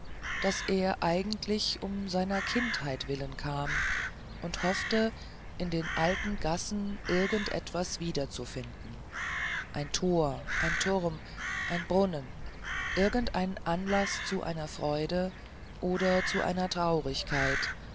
daß er eigentlich um seiner kindheit willen kam und hoffte in den alten gassen irgend etwas wieder zu finden ein tor einen turm einen brunnen irgend einen anlaß zu einer freude oder zu einer traurigkeit